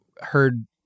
heard